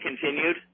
continued